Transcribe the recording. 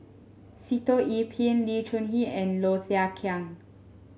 Sitoh Yih Pin Lee Choon Kee and Low Thia Khiang